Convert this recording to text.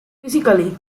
physically